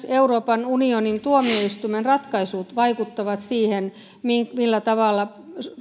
euroopan unionin tuomioistuimen ratkaisut vaikuttavat siihen millä tavalla